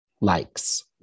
likes